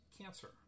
cancer